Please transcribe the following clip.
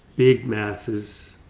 big masses,